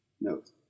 Note